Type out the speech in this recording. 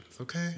Okay